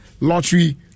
Lottery